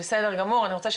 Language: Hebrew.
אמהרית.